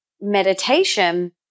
meditation